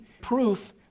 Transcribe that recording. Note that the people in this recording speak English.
proof